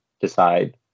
decide